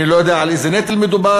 ואני לא יודע על איזה נטל מדובר.